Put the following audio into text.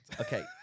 Okay